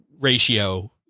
ratio